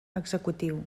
executiu